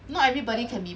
not everybody can be